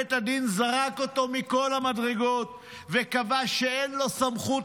בית הדין זרק אותו מכל המדרגות וקבע שאין לו סמכות